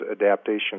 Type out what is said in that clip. adaptation